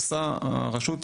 עושה הרשות,